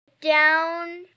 down